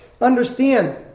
Understand